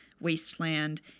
wasteland